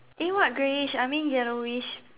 eh what greyish I mean yellowish